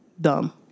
dumb